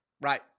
Right